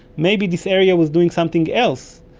maybe this area was doing something else.